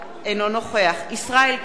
אינו נוכח ישראל כץ,